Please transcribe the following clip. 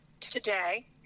today